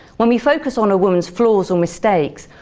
when we focus on a woman's flaws or mistakes,